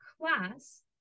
class